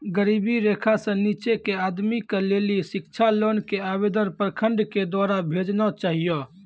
गरीबी रेखा से नीचे के आदमी के लेली शिक्षा लोन के आवेदन प्रखंड के द्वारा भेजना चाहियौ?